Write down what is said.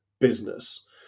business